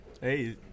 Hey